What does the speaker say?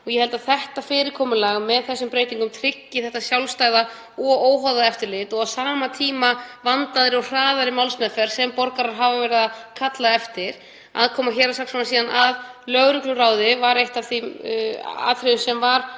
Ég held að þetta fyrirkomulag, með þessum breytingum, tryggi þetta sjálfstæða og óháða eftirlit og á sama tíma vandaðri og hraðari málsmeðferð sem borgarar hafa verið að kalla eftir. Aðkoma héraðssaksóknara að lögregluráði var eitt af þeim atriðum sem var